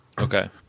Okay